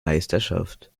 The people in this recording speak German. meisterschaft